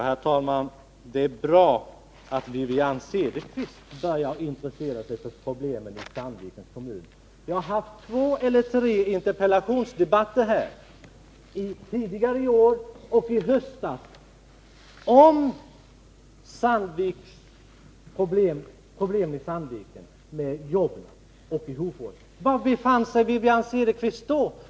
Herr talman! Det är bra att Wivi-Anne Cederqvist börjar intressera sig för problemen i Sandvikens kommun. Jag har haft två eller tre interpellationsdebatter här tidigare i år och i höstas om problemen med jobb i Sandviken och Hofors. Var befann sig Wivi-Anne Cederqvist då?